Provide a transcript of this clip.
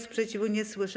Sprzeciwu nie słyszę.